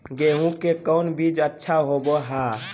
गेंहू के कौन बीज अच्छा होबो हाय?